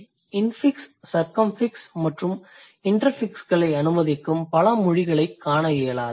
infix circumfix மற்றும் இண்டெர்ஃபிக்ஸ்களை அனுமதிக்கும் பல மொழிகளைக் காணஇயலாது